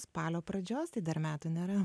spalio pradžios tai dar metų nėra